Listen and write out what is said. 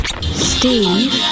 Steve